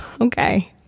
okay